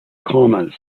commas